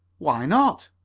why not?